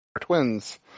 twins